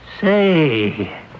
Say